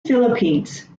philippines